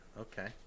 Okay